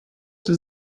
does